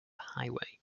highway